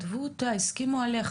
הסכימו עליה,